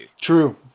True